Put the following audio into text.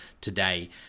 today